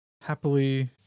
happily